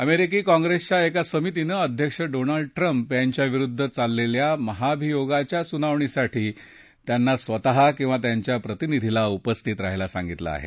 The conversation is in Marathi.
अमेरिकी काँग्रेसच्या एका समितीनं अध्यक्ष डोनाल्ड ट्रम्प यांच्याविरुद्ध चाललेल्या महाभियोगाच्या सुनावणीसाठी त्यांना स्वतः किंवा त्यांच्या प्रतिनिधीला उपस्थित रहायला सांगितलं आहे